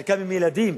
חלקם עם ילדים.